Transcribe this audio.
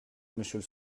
monsieur